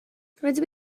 rydw